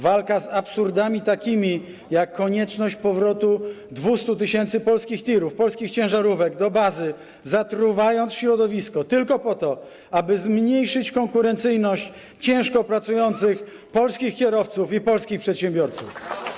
Walka z absurdami, takimi jak konieczność powrotu 200 tys. polskich TIR-ów, polskich ciężarówek do bazy - skutkująca zatruciem środowiska - tylko po to, aby zmniejszyć konkurencyjność ciężko pracujących polskich kierowców i polskich przedsiębiorców.